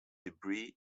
debris